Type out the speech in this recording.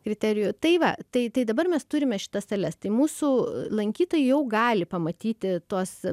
kriterijų tai va tai tai dabar mes turime šitas sales tai mūsų lankytojai jau gali pamatyti tuos